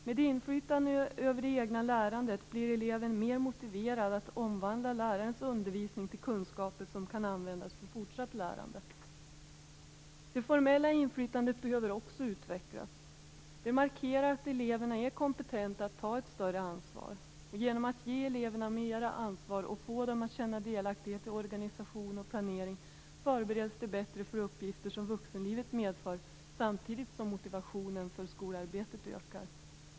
Med inflytande över det egna lärandet blir eleven mer motiverad att omvandla lärarens undervisning till kunskaper som kan användas för fortsatt lärande. Det formella inflytandet behöver också utvecklas. Det markerar att eleverna är kompetenta att ta ett större ansvar. Genom att ge eleverna mer ansvar och få dem att känna delaktighet i organisation och planering förbereds de bättre för de uppgifter som vuxenlivet medför, samtidigt som motivationen i skolarbetet ökar.